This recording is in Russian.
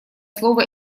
слово